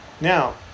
Now